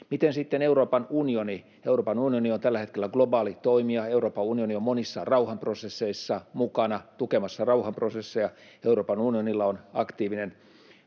Miten sitten Euroopan unioni? Euroopan unioni on tällä hetkellä globaali toimija, Euroopan unioni on monissa rauhanprosesseissa mukana tukemassa rauhanprosesseja, Euroopan unionilla on aktiivinen